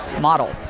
model